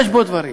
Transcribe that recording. יש בו דברים.